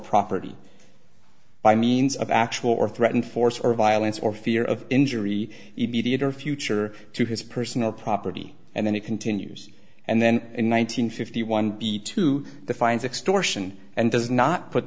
property by means of actual or threatened force or violence or fear of injury immediate or future to his personal property and then it continues and then in one nine hundred fifty one b two the fines extortion and does not put